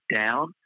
down